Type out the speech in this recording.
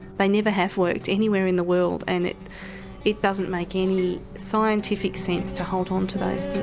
they never have worked anywhere in the world and it it doesn't make any scientific sense to hold on to